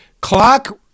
Clock